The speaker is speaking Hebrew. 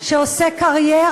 גברתי,